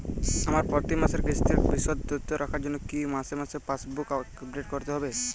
আমার প্রতি মাসের কিস্তির বিশদ তথ্য রাখার জন্য কি মাসে মাসে পাসবুক আপডেট করতে হবে?